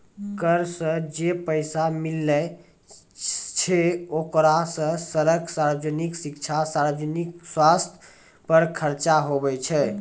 कर सं जे पैसा मिलै छै ओकरा सं सड़क, सार्वजनिक शिक्षा, सार्वजनिक सवस्थ पर खर्च हुवै छै